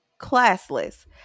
classless